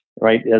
right